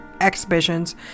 exhibitions